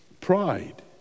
Pride